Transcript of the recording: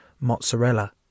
mozzarella